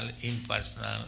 impersonal